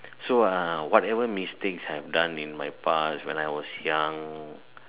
so uh whatever mistakes I've done in my past when I was young